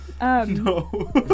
No